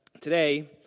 Today